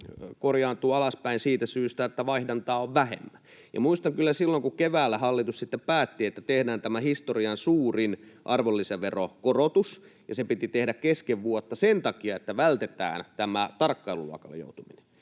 korjaantuu alaspäin juuri siitä syystä, että vaihdantaa on vähemmän. Muistan kyllä silloin, kun keväällä hallitus sitten päätti, että tehdään tämä historian suurin arvonlisäverokorotus, ja se piti tehdä kesken vuotta sen takia, että vältetään tämä tarkkailuluokalle joutuminen.